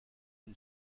une